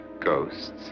ghosts